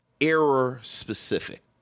error-specific